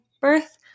birth